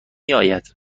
یاد